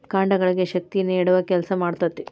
ಕಾಂಡಗಳಿಗೆ ಶಕ್ತಿ ನೇಡುವ ಕೆಲಸಾ ಮಾಡ್ತತಿ